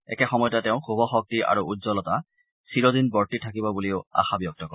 একে সময়তে তেওঁ শুভশক্তি আৰু উজ্জ্বলতা চিৰদিন বৰ্তি থাকিব বুলিও আশা ব্যক্ত কৰে